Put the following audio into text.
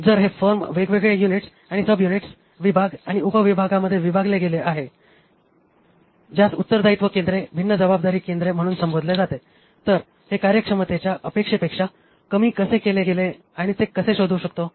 जर हे फर्म वेगवेगळ्या युनिट्स आणि सब्यूनिट्स विभाग आणि उपविभागांमध्ये विभागले गेले आहे ज्यास उत्तरदायित्व केंद्रे भिन्न जबाबदारी केंद्र म्हणून संबोधले जाते तर हे कार्यक्षमतेच्या अपेक्षेपेक्षा कमी कसे केले गेले आणि कसे ते शोधू शकतो